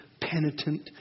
penitent